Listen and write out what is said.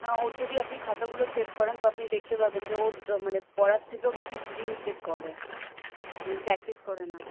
না ওর যদি আপনি খাতাগুলো চেক করেন তো আপনি দেখতে পাবেন যে ওর ড মানে পড়ার থেকেও বেশি সিলি মিস্টেক করে হু প্র্যাকটিস করে না